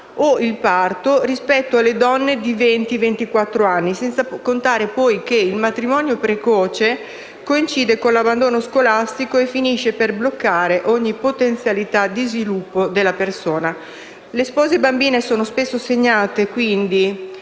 o il parto rispetto alle donne di venti-ventiquattro anni. Senza contare poi che il matrimonio precoce coincide con l'abbandono scolastico e finisce per bloccare ogni potenzialità di sviluppo della persona. Le spose bambine sono spesso segnate da